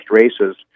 races